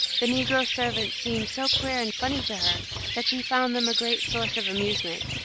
the negro servants seemed so queer and funny to her that she found them a great source of amusement,